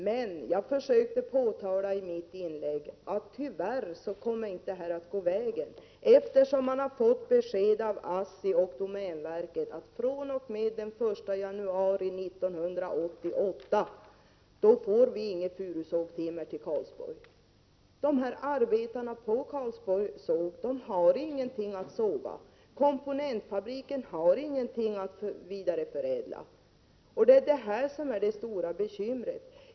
Vad jag försökte påpeka i mitt inlägg var emellertid att det här tyvärr inte kommer att gå vägen, eftersom vi har fått besked av ASSI och domänverket att vi fr.o.m. den 1 januari 1988 inte får något furusågtimmer till Karlsborg. Arbetarna på Karlsborgs såg har ingenting att såga, komponentfabriken har ingenting att vidareförädla — detta är det stora bekymret.